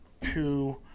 two